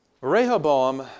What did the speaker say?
Rehoboam